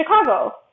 Chicago